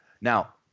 Now